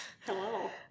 Hello